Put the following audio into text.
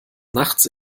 nachts